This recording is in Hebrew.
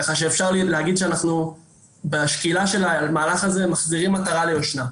כך שאפשר לומר בשקילה של המהלך הזה מחזירים עטרה ליושנה.